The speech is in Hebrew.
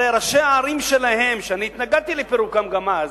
הרי ראשי הערים שלהן, התנגדתי לפירוקן גם אז,